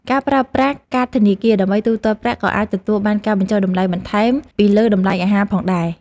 ការប្រើប្រាស់កាតធនាគារដើម្បីទូទាត់ប្រាក់ក៏អាចទទួលបានការបញ្ចុះតម្លៃបន្ថែមពីលើតម្លៃអាហារផងដែរ។